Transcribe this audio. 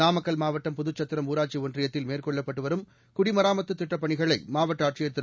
நாமக்கல் மாவட்டம் புதுச்சத்திரம் ஊராட்சி ஒன்றியத்தில் மேற்கொள்ளப்பட்டு வரும் குடிமராமத்துப் திட்டப் பணிகளை மாவட்ட ஆட்சியா் திரு